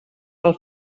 pel